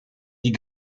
die